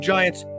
Giants